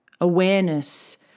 awareness